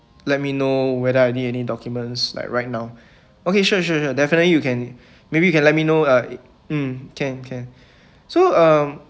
let me know whether I need any documents like right now okay sure sure sure definitely you can maybe you can let me know uh mm can can so um